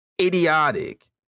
idiotic